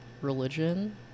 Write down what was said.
religion